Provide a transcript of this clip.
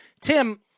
Tim